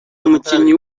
umukinnyi